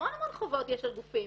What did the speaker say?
המון המון חובות יש על גופים.